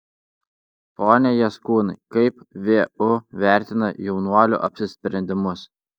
pone jaskūnai kaip vu vertina jaunuolių apsisprendimus